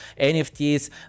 NFTs